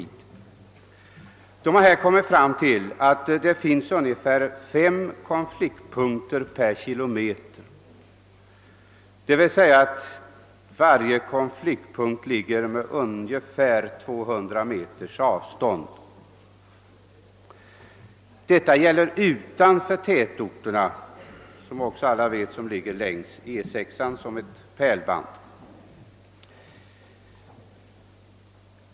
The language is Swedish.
Utredningen visar att det på denna del, de 13 milen alltså, finns ungefär fem konfliktpunkter per kilometer, d.v.s. med ungefär 200 meters mellanrum. Detta avser förhållandena utanför tätorterna, vilka som alla vet ligger som ett pärlband utefter E 6.